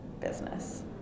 business